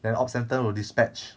then op centre will dispatch